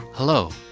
Hello